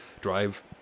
drive